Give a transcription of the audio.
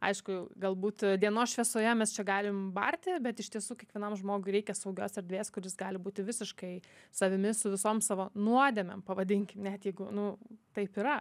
aišku galbūt dienos šviesoje mes čia galim barti bet iš tiesų kiekvienam žmogui reikia saugios erdvės kur jis gali būti visiškai savimi su visom savo nuodėmėm pavadinkim net jeigu nu taip yra